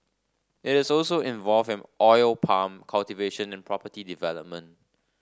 it is also involved in oil palm cultivation and property development